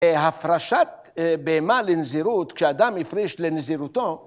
‫הפרשת בהמה לנזירות, ‫כשאדם הפריש לנזירותו...